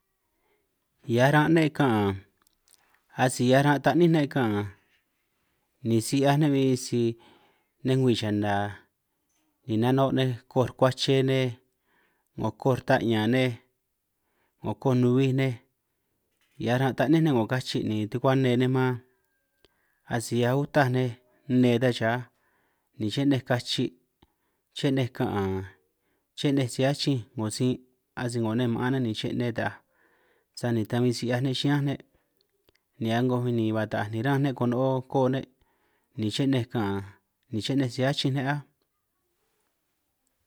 Hiaj ran' ne' ka'an asi hiaj ran' taní ne' ka'an, ni si 'hiaj ne' bin sisi nej ngwi chana ni nano' nej koj rkuache nej, 'ngo rtan'ñan nej 'ngo koj nuhuij nej, hiaj ran taní ne' 'ngo kachi ni tukuane nej man, asi autaj nej nne ta cha ni chinej kachi' chinej ka'an chinej si hiachinj, 'ngo sin' asi 'ngo nej ma'an ne' ni chine' ta'aj sani ta bin si 'hiaj ne' chiñán ne', ni a'ngo bin ni ba ta'aj ni ranj ne' kono'o ko'o ne' ni chinej ka'an ni chinej si hiachinj ne' áj.